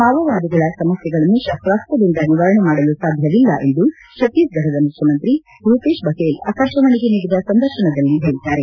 ಮಾವೋವಾದಿಗಳ ಸಮಸ್ಲೆಗಳನ್ನು ಶಸ್ತಾಸ್ತದಿಂದ ಗಳಿಂದ ನಿವಾರಣೆ ಮಾಡಲು ಸಾಧ್ಯವಿಲ್ಲ ಎಂದು ಛಢ್ತೀಸ್ಗಢದ ಮುಖ್ಯಮಂತ್ರಿ ಭೂಪೇಶ್ ಬಫೇಲ್ ಆಕಾಶವಾಣಿಗೆ ನೀಡಿದ ಸಂದರ್ಶನದಲ್ಲಿ ಹೇಳಿದ್ದಾರೆ